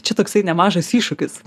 čia toksai nemažas iššūkis